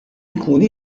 jkunu